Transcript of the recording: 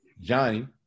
Johnny